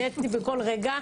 נהניתי מכל רגע,